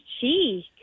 cheek